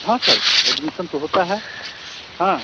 हाँ sir admission तो होता है हाँ